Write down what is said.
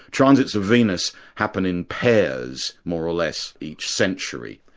transits of venus happen in pairs more or less, each century,